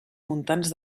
muntants